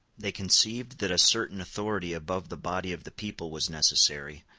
they conceived that a certain authority above the body of the people was necessary,